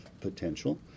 potential